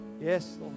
Yes